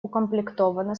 укомплектована